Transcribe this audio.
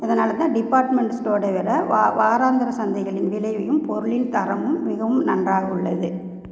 அதனால் தான் டிப்பார்ட்மெண்ட் ஸ்டோரோட வெலை வா வாராந்திர சந்தைகளின் விலையையும் பொருளின் தரமும் மிகவும் நன்றாக உள்ளது